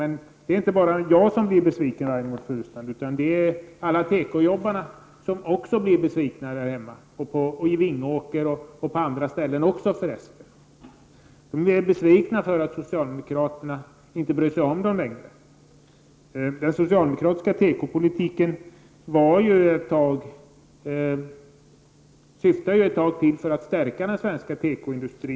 Men det är inte bara jag som blir besviken, utan alla tekoarbetare i Vingåker och på andra ställen blir också besvikna. De är besvikna, därför att socialdemokraterna inte bryr sig om dem längre. Den socialdemokratiska tekopolitiken syftade ett tag till att stärka den svenska tekoindustrin.